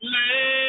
Let